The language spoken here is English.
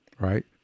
Right